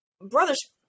brother's